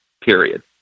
period